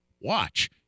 watch